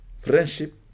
Friendship